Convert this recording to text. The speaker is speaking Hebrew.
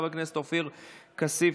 חבר הכנסת עופר כסיף,